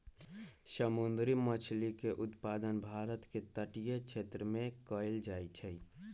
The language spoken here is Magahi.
समुंदरी मछरी के उत्पादन भारत के तटीय क्षेत्रमें कएल जाइ छइ